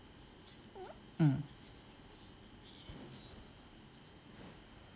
mm